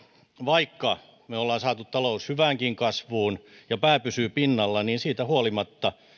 vaikka me olemme saaneet talouden hyväänkin kasvuun ja pää pysyy pinnalla niin siitä huolimatta teemme